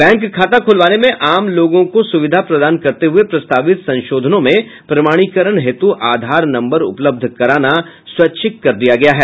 bank खाता खुलवाने में आम लोगों को सुविधा प्रदान करते हुए प्रस्तावित संशोधनों में प्रमाणीकरण हेतु आधार नम्बर उपलब्ध कराना स्वैच्छिक कर दिया गया है